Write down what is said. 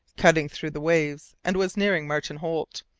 cutting through the waves, and was nearing martin holt.